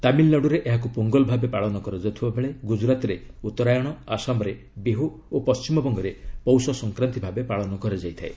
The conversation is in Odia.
ତାମିଲ୍ନାଡୁରେ ଏହାକୁ ପୋଙ୍ଗଲ୍ ଭାବେ ପାଳନ କରାଯାଉଥିବାବେଳେ ଗୁଜରାତ୍ରେ ଉତ୍ତରାୟଣ ଆସାମ୍ରେ ବିହ୍ ଓ ପଣ୍ଟିମବଙ୍ଗରେ ପୌଷ ସଂକ୍ରାନ୍ତି ଭାବେ ପାଳନ କରାଯାଇଥାଏ